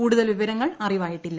കൂടുതൽ വിവരങ്ങൾ അറിവായിട്ടില്ല